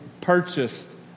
purchased